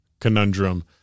conundrum